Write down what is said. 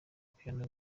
piano